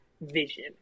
vision